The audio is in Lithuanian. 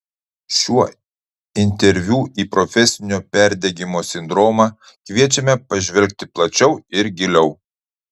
šiuo interviu į profesinio perdegimo sindromą kviečiame pažvelgti plačiau ir giliau